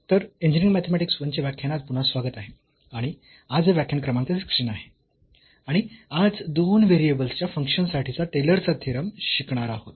तर engineering mathematics I च्या व्याख्यानात पुन्हा स्वागत आहे आणि आज हे व्याख्यान क्रमांक 16 आहे आणि आज दोन व्हेरिएबल्स फंक्शन्स साठीचा टेलर चा थेरम शिकणार आहोत